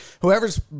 whoever's